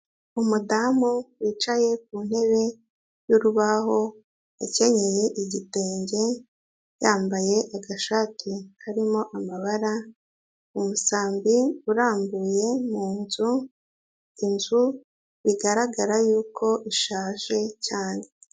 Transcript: Umudamu wicaye ku ntebe y'urubaho akenye igitenge yambaye agashati karimo amabara, umusambi urambuye mu nzu, inzu bigaragara yuko ishaje cyane.